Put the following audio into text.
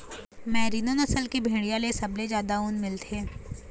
merino नसल के भेड़िया ले सबले जादा ऊन मिलथे